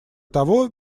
того